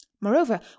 Moreover